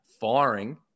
firing –